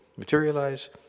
materialize